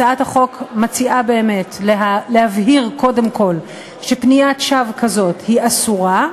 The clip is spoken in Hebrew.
הצעת החוק מציעה באמת להבהיר קודם כול שפניית שווא כזאת היא אסורה,